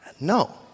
No